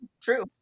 True